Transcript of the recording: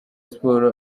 siporo